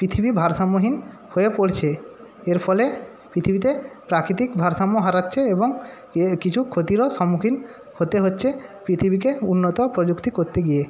পৃথিবী ভারসাম্যহীন হয়ে পড়ছে এর ফলে পৃথিবীতে প্রাকৃতিক ভারসাম্য হারাচ্ছে এবং এ কিছু ক্ষতিরও সম্মুখীন হতে হচ্ছে পৃথিবীকে উন্নত প্রযুক্তি করতে গিয়ে